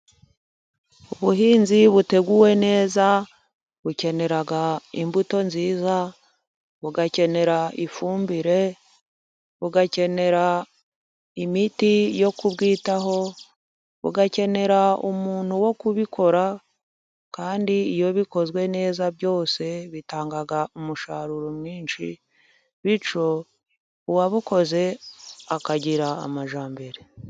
Ubuhinzi buteguwe neza, bukenera imbuto nziza, bugakenera ifumbire, bugakenera imiti yo kubwitaho, bugakenera umuntu wo kubikora, kandi iyo bikozwe neza byose bitanga umusaruro mwinshi, bityo uwabukoze akagira amajyambere.